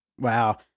Wow